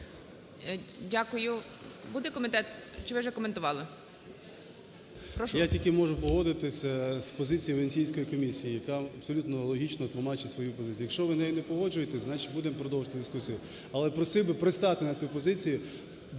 Я тільки можу погодитися з позицією Венеціанської комісії, яка абсолютно логічно тлумачить свою позицію. Якщо ви з нею не погоджуєтесь, значить будемо продовжувати дискусію, але просив би пристати на цю позицію.